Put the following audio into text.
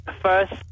first